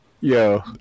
yo